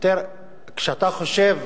כשאתה חושב